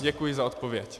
Děkuji za odpověď.